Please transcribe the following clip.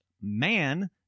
man